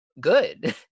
good